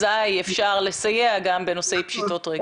אזי אפשר לסייע גם בנושאי פשיטות רגל.